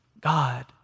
God